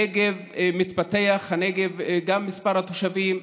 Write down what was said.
הנגב מתפתח, גם מספר התושבים,